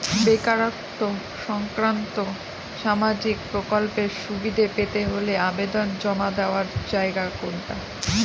বেকারত্ব সংক্রান্ত সামাজিক প্রকল্পের সুবিধে পেতে হলে আবেদন জমা দেওয়ার জায়গা কোনটা?